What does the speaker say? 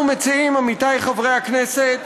אנחנו מציעים, עמיתיי חברי הכנסת,